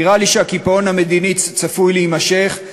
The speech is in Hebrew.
נראה לי שהקיפאון המדיני צפוי להימשך,